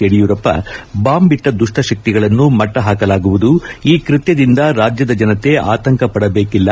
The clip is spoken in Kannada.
ಯಡಿಯೂರಪ್ಪ ಬಾಂಬ್ ಇಟ್ಟ ದುಪ್ಪಶಕ್ತಿಗಳನ್ನು ಮಟ್ಟಹಾಕಲಾಗುವುದು ಈ ಕೃತ್ತದಿಂದ ರಾಜ್ಯದ ಜನತೆ ಆತಂಕ ಪಡಬೇಕಿಲ್ಲ